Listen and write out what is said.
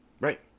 Right